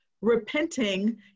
Repenting